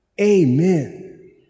Amen